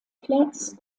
platz